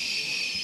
ההצהרה,